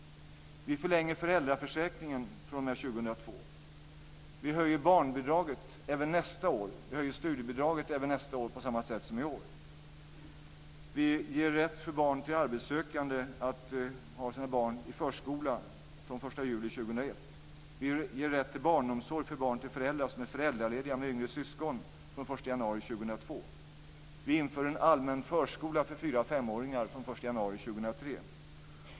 Vi förlänger föräldraförsäkringen fr.o.m. 2002. Vi höjer barnbidraget även nästa år. Vi höjer studiebidraget även nästa år på samma sätt som i år. Vi ger rätt för arbetssökande att ha sina barn i förskola från den 1 juli 2001. Vi ger rätt till barnomsorg för barn till föräldrar som är föräldralediga med yngre syskon från den 1 januari 2002. Vi inför en allmän förskola för 4-åringar och 5-åringar från den 1 januari 2003.